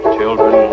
Children